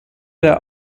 der